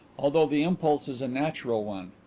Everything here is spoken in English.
although the impulse is a natural one.